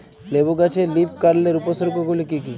লেবু গাছে লীফকার্লের উপসর্গ গুলি কি কী?